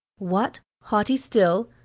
what, haughty still?